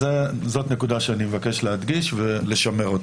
זאת נקודה שאני מבקש להדגיש ולשמר.